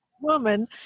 woman